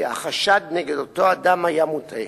כי החשד נגד אותו אדם היה מוטעה.